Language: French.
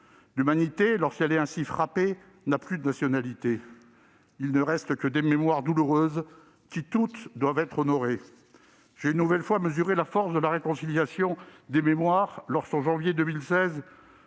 L'humanité, lorsqu'elle est ainsi frappée, n'a plus de nationalité. Il ne reste que des mémoires douloureuses, qui toutes doivent être honorées. J'ai, une nouvelle fois, mesuré la force de la réconciliation des mémoires lorsque, en janvier 2016,